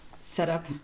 setup